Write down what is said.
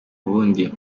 ubundi